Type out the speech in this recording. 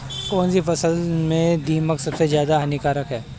कौनसी फसल में दीमक सबसे ज्यादा हानिकारक है?